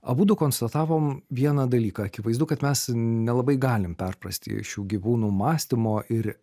abudu konstatavom vieną dalyką akivaizdu kad mes nelabai galim perprasti šių gyvūnų mąstymo ir